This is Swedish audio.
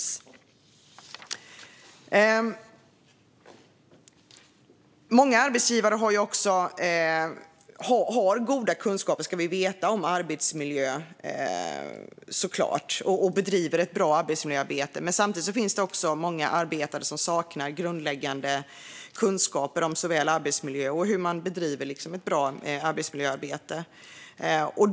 Vi ska veta att många arbetsgivare såklart har goda kunskaper om arbetsmiljö och bedriver ett bra arbetsmiljöarbete. Samtidigt finns det också många arbetsgivare som saknar grundläggande kunskaper om arbetsmiljö och hur man bedriver ett bra arbetsmiljöarbete.